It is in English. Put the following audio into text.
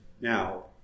Now